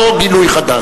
לא גילוי חדש.